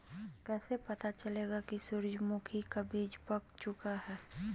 कैसे पता चलेगा की सूरजमुखी का बिज पाक चूका है?